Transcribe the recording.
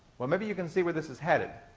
well, maybe you can see where this is headed.